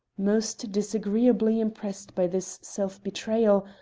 most disagreeably impressed by this self-betrayal,